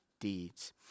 deeds